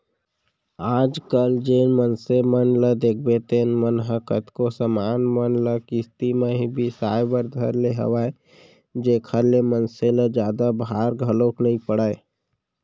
आज कल जेन मनसे मन ल देखबे तेन मन ह कतको समान मन ल किस्ती म ही बिसाय बर धर ले हवय जेखर ले मनसे ल जादा भार घलोक नइ पड़य